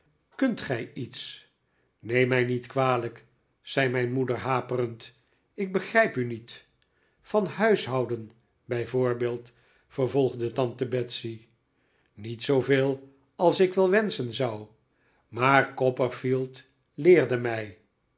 kunt gij iets neem mij niet kwalijk zei mijn moeder haperend ik begrijp u niet van huishouden bij voorbeeld vervolgde tante betsey niet zooveel als ik wel wenschen zou maar copperfield leerde mij